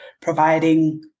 providing